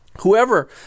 Whoever